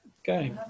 Okay